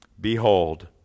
behold